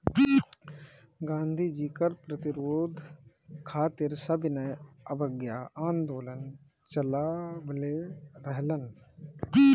गांधी जी कर प्रतिरोध खातिर सविनय अवज्ञा आन्दोलन चालवले रहलन